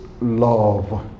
Love